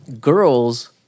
girls